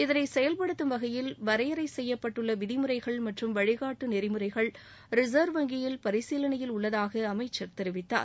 இதளை செயல்படுத்தும் வகையில் வரையறை செய்யப்பட்டுளள விதிமுறைகள் மற்றும் வழிகாட்டு நெறிமுறைகள் ரிசர்வ் வங்கியில் பரிசீலனையில் உள்ளதாக அமைச்சர் தெரவித்தார்